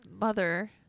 Mother